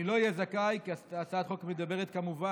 אני לא אהיה זכאי כי הצעת החוק מדברת כמובן